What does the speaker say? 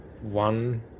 one